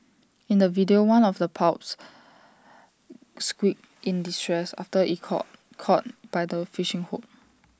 in the video one of the pups squeaked in distress after IT caught caught by the fishing hook